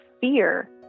fear